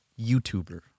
YouTuber